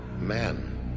man